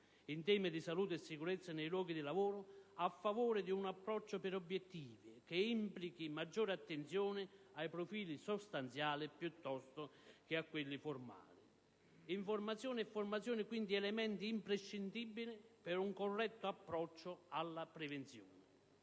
in tema di salute e sicurezza nei luoghi di lavoro, a favore di un approccio per obiettivi che implichi maggiore attenzione ai profili sostanziali piuttosto che a quelli formali. L'informazione e la formazione sono dunque elementi imprescindibili per un corretto approccio alla prevenzione.